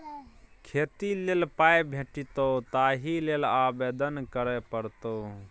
खेती लेल पाय भेटितौ ताहि लेल आवेदन करय पड़तौ